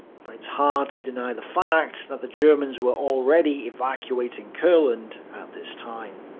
but it's hard to deny the fact that the germans were already evacuating courland at this time.